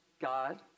God